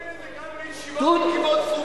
הם עושים את זה גם בישיבות לכיפות סרוגות.